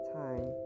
time